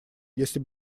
если